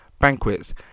banquets